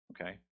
okay